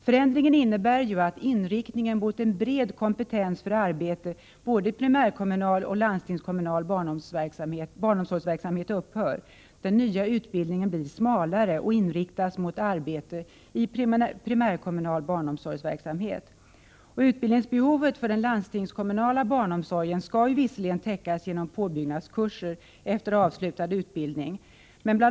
Förändringen innebär att inriktningen mot en bred kompetens för arbete i både primärkommunal och landstingskommunal barnomsorgsverksamhet upphör. Den nya utbildningen blir smalare och inriktas mot arbete i primärkommunal barnomsorgsverksamhet. Utbildningsbehovet för den landstingskommunala barnomsorgen skall visserligen täckas genom påbyggnadskurser efter avslutad utbildning. Bl.